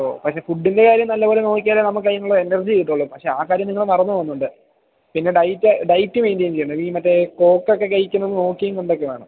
ഓ പക്ഷേ ഫുഡ്ഡിൻ്റെ കാര്യം നല്ല പോലെ നോക്കിയാലെ നമുക്കതിനുള്ള എനർജി കിട്ടുകയുള്ളു പക്ഷെ ആ കാര്യം നിങ്ങൾ മറന്നു പോകുന്നുണ്ട് പിന്നെ ഡയറ്റ് ഡയറ്റ് മെയിൻ്റെയിൻ ചെയ്യണം ഈ മറ്റേ കോക്കൊക്കെ കഴിക്കുന്നത് നോക്കിയും കണ്ടുമൊക്കെ വേണം